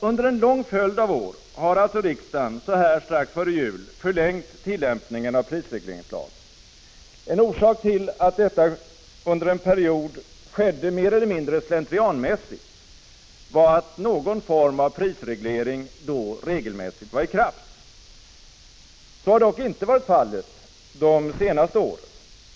Under en lång följd av år har alltså riksdagen så här strax före jul förlängt tillämpningen av prisregleringslagen. En orsak till att detta under en period skedde mer eller mindre slentrianmässigt var att någon form av prisreglering då regelmässigt var i kraft. Så har dock inte varit fallet de senaste åren.